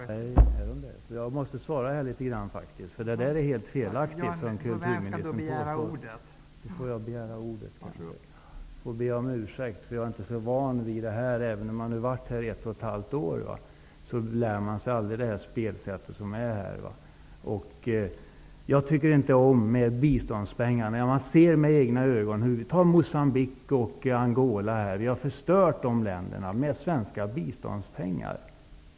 Fru talman! Jag måste faktiskt svara litet grand på detta, därför att det som kulturministern påstår är helt felaktigt. Jag får be om ursäkt för att jag inte begärde ordet. Men jag är inte så van vid ordningen. Även om man nu har varit här i riksdagen i ett och ett halvt år, så lär man sig aldrig spelsättet som är här. Jag tycker inte om biståndspengar. Man kan med egna ögon se på länder som Moçambique och Angola. Det är fråga om länder som vi har förstört med svenska biståndspengar.